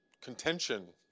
contention